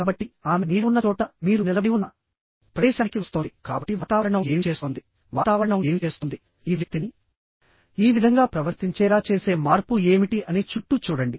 కాబట్టి ఆమె నీడ ఉన్న చోట మీరు నిలబడి ఉన్న ప్రదేశానికి వస్తోంది కాబట్టి వాతావరణం ఏమి చేస్తోంది వాతావరణం ఏమి చేస్తోంది ఈ వ్యక్తిని ఈ విధంగా ప్రవర్తించేలా చేసే మార్పు ఏమిటి అని చుట్టూ చూడండి